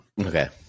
Okay